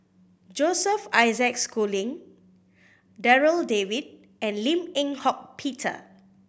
Joseph Isaac Schooling Darryl David and Lim Eng Hock Peter